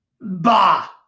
Bah